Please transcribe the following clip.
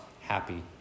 happy